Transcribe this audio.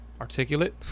articulate